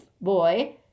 boy